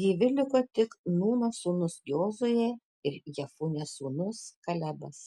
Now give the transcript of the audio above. gyvi liko tik nūno sūnus jozuė ir jefunės sūnus kalebas